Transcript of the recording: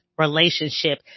relationship